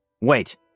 Wait